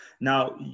Now